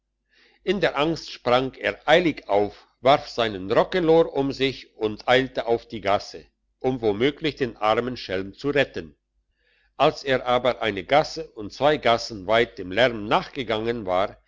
in dieser angst sprang er eilig auf warf seinen rockelor um sich und eilte auf die gasse um womöglich den armen schelm zu retten als er aber eine gasse und zwei gassen weit dem lärmen nachgegangen war